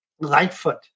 Lightfoot